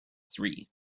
three